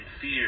fear